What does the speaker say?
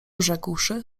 rzekłszy